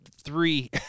three